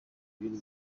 ibintu